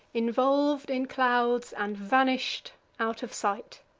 involv'd in clouds, and vanish'd out of sight.